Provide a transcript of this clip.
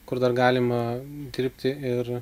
kur dar galima dirbti ir